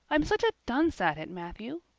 i'm such a dunce at it, matthew.